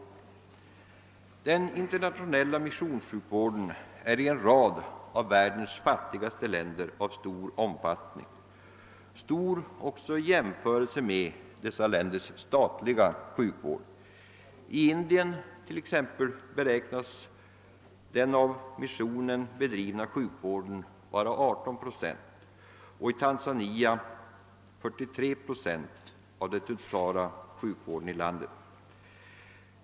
Den internationella missionssjukvården är i en rad av världens fattigaste länder av stor omfattning — stor också i jämförelse med dessa länders statliga sjukvård. I Indien t.ex. beräknas den av missionen bedrivna sjukvården utgöra 18 procent och i Tanzania 43 procent av den totala sjukvården i landet.